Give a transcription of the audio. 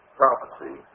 prophecy